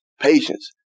patience